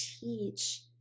teach